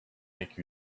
make